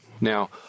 Now